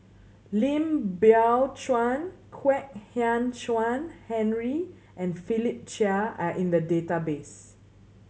Lim Biow Chuan Kwek Hian Chuan Henry and Philip Chia are in the database